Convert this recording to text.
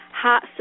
heart